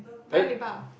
Paya-Lebar